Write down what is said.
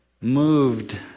moved